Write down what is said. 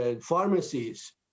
pharmacies